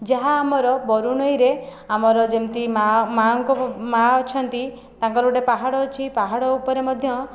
ଯାହା ଆମର ବରୁଣେଇରେ ଆମର ଯେମିତି ମା ମା'ଙ୍କ ମା ଅଛନ୍ତି ତାଙ୍କର ଗୋଟିଏ ପାହାଡ଼ ଅଛି ପାହାଡ଼ ଉପରେ ମଧ୍ୟ